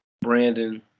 Brandon